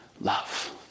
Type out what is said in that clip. love